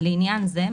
לעניין זה,